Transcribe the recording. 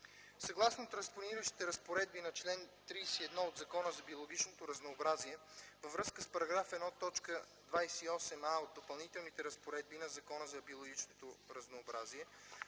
Съгласно транспониращите разпоредби на чл. 31 от Закона за биологичното разнообразие, във връзка с § 1, т. 28а от Допълнителната разпоредба на Закона за биологичното разнообразие,